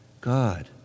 God